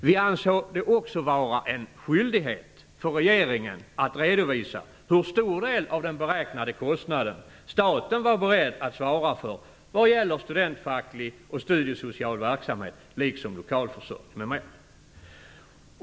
Vi ansåg också att det var en skyldighet för regeringen att redovisa hur stor del av den beräknade kostnaden som staten var beredd att svara för vad gäller studentfacklig och studiesocial verksamhet, liksom lokalförsörjning m.m.